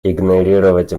игнорировать